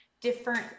different